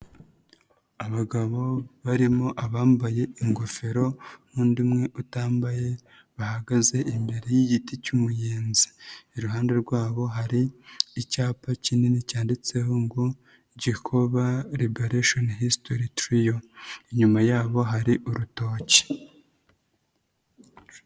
Abagabo barimo abambaye ingofero n'undi umwe utambaye, bahagaze imbere y'igiti cy'umuyenzi, iruhande rwabo hari icyapa kinini cyanditseho ngo Gikoba liberation history trail, inyuma yabo hari urutoki.